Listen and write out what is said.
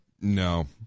No